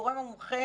הגורם המומחה